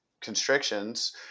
constrictions